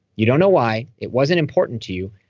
you don't know why. it wasn't important to you,